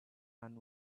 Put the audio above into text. and